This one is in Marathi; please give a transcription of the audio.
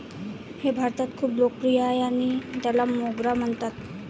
हे भारतात खूप लोकप्रिय आहे आणि त्याला मोगरा म्हणतात